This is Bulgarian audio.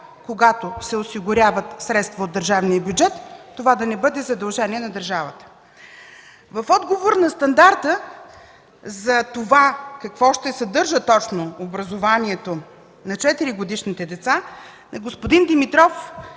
когато се осигуряват средства от държавния бюджет, това да не бъде задължение на държавата. В отговор на стандарта какво ще съдържа точно образованието на 4-годишните деца, на господин Димитров